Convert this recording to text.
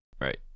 right